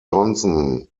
johnson